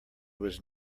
was